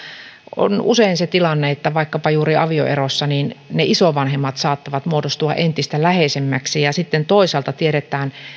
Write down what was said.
on usein se tilanne että vaikkapa juuri avioerossa ne isovanhemmat saattavat muodostua entistä läheisemmiksi sitten toisaalta tiedetään